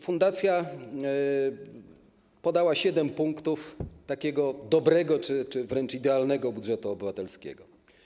Fundacja podała siedem punktów takiego dobrego czy wręcz idealnego budżetu obywatelskiego.